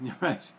Right